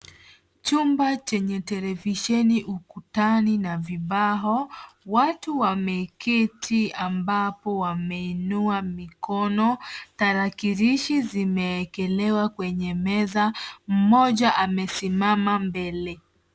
Chumba chenye televisheni ukutani na vibao. Watu wameketi ambapo wameinua mikono. Tarakilishi zimeekelewa kwenye meza, mmoja amesimama mbele.